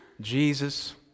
Jesus